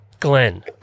Glenn